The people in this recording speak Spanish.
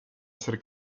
hacer